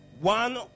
one